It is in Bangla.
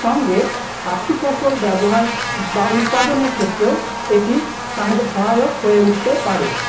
সঙ্গে সাথী ফসল ব্যবহার বা উৎপাদনের ক্ষেত্রে এটি সথা সহায়ক হয়ে উঠতে পারে